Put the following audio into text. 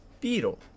Beetle